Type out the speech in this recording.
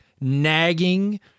nagging